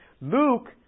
Luke